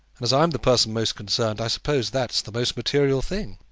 and as i'm the person most concerned, i suppose that's the most material thing.